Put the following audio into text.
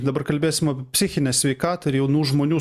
dabar kalbėsim apie psichinę sveikatą ir jaunų žmonių